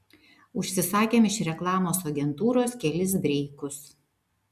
užsisakėm iš reklamos agentūros kelis breikus